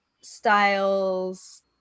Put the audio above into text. styles